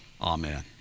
Amen